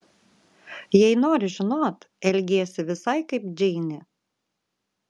jei nori žinot elgiesi visai kaip džeinė